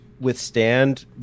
withstand